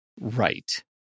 right